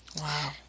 wow